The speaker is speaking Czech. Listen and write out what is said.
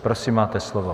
Prosím, máte slovo.